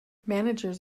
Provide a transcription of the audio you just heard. managers